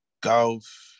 golf